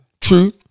True